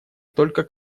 только